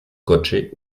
coche